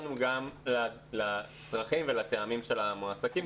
שלנו גם לצרכים ולטעמים של המועסקים.